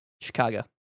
Chicago